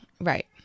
right